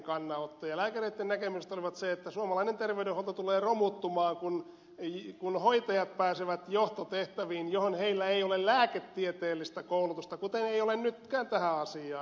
lääkäreitten näkemykset olivat sellaisia että suomalainen terveydenhuolto tulee romuttumaan kun hoitajat pääsevät johtotehtäviin joihin heillä ei ole lääketieteellistä koulutusta kuten ei ole nyt tähänkään asiaan